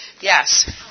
yes